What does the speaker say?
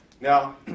Now